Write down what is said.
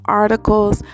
articles